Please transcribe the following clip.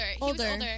Older